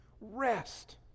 rest